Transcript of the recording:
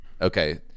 okay